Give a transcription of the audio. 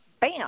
bam